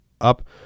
up